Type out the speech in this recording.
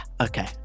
okay